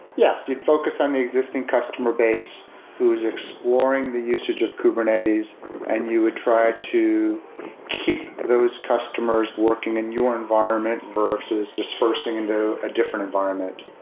yes. you'd focus on the existing customer base who's exploring the usage of kubernetes and you would try to keep those customers working in your environment versus dispersing into a different environment,